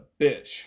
bitch